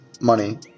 money